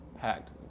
packed